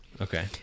Okay